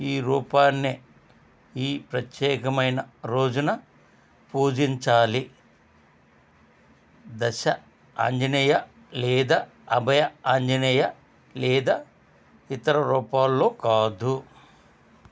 ఈ రూపాన్నే ఈ ప్రత్యేకమైన రోజున పూజించాలి దశ అంజనేయ లేదా అభయ అంజనేయ లేదా ఇతర రూపాల్లో కాదు